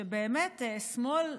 שבאמת שמאל,